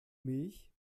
milch